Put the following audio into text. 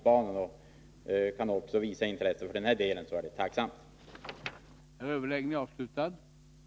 Kan han också visa intresse för denna fråga i den här delen av landet är jag tacksam.